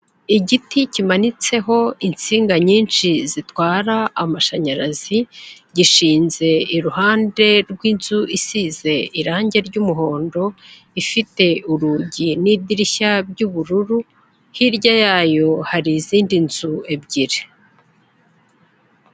Igiti kimanitseho insinga nyinshi zitwara amashanyarazi, gishinze iruhande rw'inzu isize irangi ry'umuhondo, ifite urugi n'idirishya ry'ubururu, hirya yayo hari izindi nzu ebyiri.